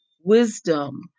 Wisdom